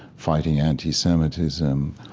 fighting anti-semitism,